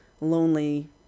lonely